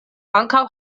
ankaŭ